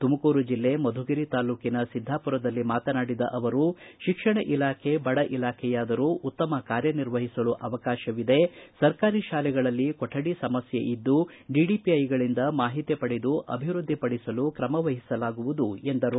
ತುಮಕೂರು ಜಿಲ್ಲೆ ಮಧುಗಿರಿ ತಾಲ್ಲೂಕಿನ ಸಿದ್ದಾಪುರದಲ್ಲಿ ಮಾತನಾಡಿದ ಅವರು ತಿಕ್ಷಣ ಇಲಾಖೆ ಬಡ ಇಲಾಖೆಯಾದರೂ ಉತ್ತಮ ಕಾರ್ಯ ನಿರ್ವಹಿಸಲು ಅವಕಾಶವಿದೆ ಸರ್ಕಾರಿ ಶಾಲೆಗಳಲ್ಲಿ ಕೊಠಡಿ ಸಮಸ್ಯೆ ಕೊಠಡಿ ಸಮಸ್ಯೆಗಳ ಬಗ್ಗೆ ಡಿಡಿಪಿಐಗಳಿಂದ ಮಾಹಿತಿ ಪಡೆದು ಅಭಿವೃದ್ದಿಪಡಿಸಲು ಕ್ರಮವಹಿಸಲಾಗುವುದು ಎಂದರು